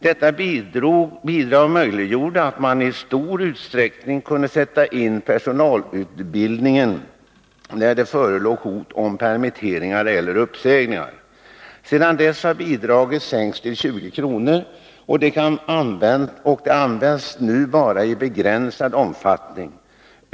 Detta bidrag möjliggjorde att man i stor utsträckning kunde sätta in personalutbildning när det förelåg hot om permitteringar eller uppsägningar. Sedan dess har bidraget sänkts till 20 kr., och det används nu bara i begränsad omfattning.